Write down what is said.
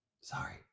Sorry